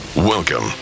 Welcome